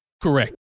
Correct